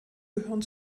gehören